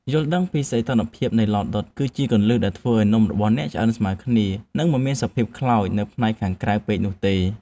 យល់ដឹងពីសីតុណ្ហភាពនៃឡដុត គឺជាគន្លឹះដែលធ្វើឱ្យនំរបស់អ្នកឆ្អិនស្មើគ្នា និង មិនមានសភាពខ្លោចនៅផ្នែកខាងក្រៅពេកនោះទេ។